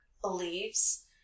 believes